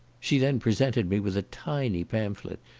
she then presented me with a tiny pamphlet,